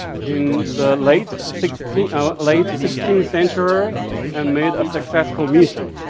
in the late sixteenth ah ah late sixteenth century and made a successful mission.